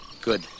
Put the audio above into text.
good